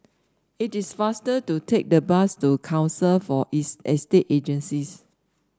it is faster to take the bus to Council for Estate Agencies